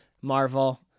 Marvel